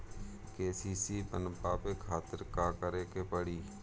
KCC बनवावे खातिर का करे के पड़ी?